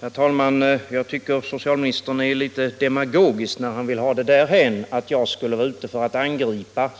Herr talman! Jag tycker att socialministern är litet demagogisk när han försöker få det därhän att jag skulle vara ute för att angripa